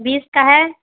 بیس کا ہے